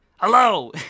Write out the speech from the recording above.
hello